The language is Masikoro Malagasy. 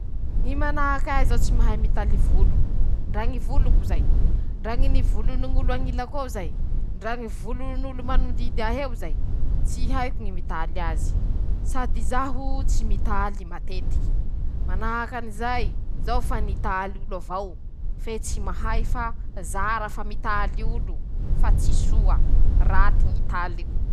Ñy manahaky ahy :-zaho tsy mahay mitaly volo; ndra ñy voloko zay, ndra ni ñy volony ñolo añilako eo zay, ndra ñy volon'olo mañodidy ahy eo zay. Tsy haiko ñy mitaly azy, sady zaho tsy mitaly matetiky ;manahaky anizayzaho fa nitaly olo avao fe tsy mahay fa zara fa mitaly olo fa tsy soa, raty ñy taliko.